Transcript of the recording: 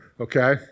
okay